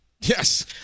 Yes